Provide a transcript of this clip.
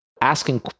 asking